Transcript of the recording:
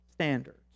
standards